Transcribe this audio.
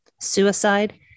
suicide